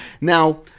now